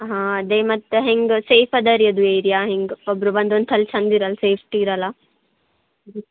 ಹಾಂ ಅದು ಮತ್ತು ಹೆಂಗೆ ಸೇಫ್ ಅದ ರೀ ಅದು ಏರಿಯಾ ಹೆಂಗೆ ಒಬ್ರ ಬಂದು ಒಂದ್ಸಲ ಚೆಂದ ಇರಲ್ಲ ಸೇಫ್ಟಿ ಇರೋಲ್ಲ ಹ್ಞೂಂ